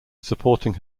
supporting